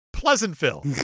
Pleasantville